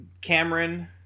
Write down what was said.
Cameron